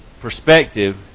perspective